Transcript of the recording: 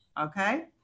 Okay